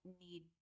need